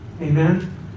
Amen